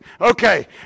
Okay